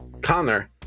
Connor